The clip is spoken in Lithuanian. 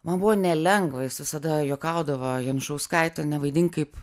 man buvo nelengva jis visada juokaudavo janušauskaite nevaidink kaip